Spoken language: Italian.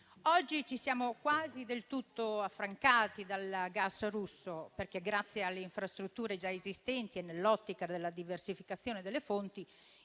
Oggi ci siamo quasi del tutto affrancati dal gas russo, perché, grazie alle infrastrutture già esistenti e nell'ottica della diversificazione delle fonti,